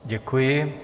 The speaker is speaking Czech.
Děkuji.